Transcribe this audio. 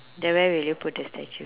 then where would you put the statue